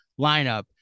lineup